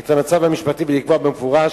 את המצב המשפטי ולקבוע במפורש,